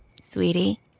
Sweetie